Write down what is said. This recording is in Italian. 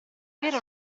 vero